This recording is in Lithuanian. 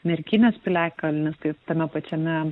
merkinės piliakalnis ir tame pačiame